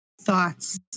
Thoughts